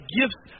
gifts